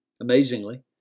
Amazingly